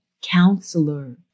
Counselor